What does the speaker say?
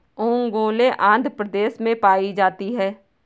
ओंगोले आंध्र प्रदेश में पाई जाती है